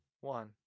one